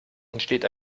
entsteht